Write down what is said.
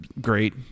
great